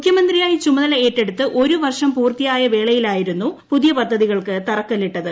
മുഖ്യമന്ത്രിയായി ചുമതല ഏറ്റെടുത്ത് ഒരു വർഷം പൂർത്തിയായ വേളയിലായിരുന്നു പുതിയ പദ്ധതികൾക്ക് തറക്കല്ലിട്ടത്